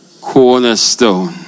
cornerstone